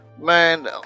man